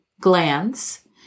glands